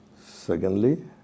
Secondly